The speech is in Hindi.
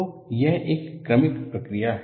तो यह एक क्रमिक प्रक्रिया है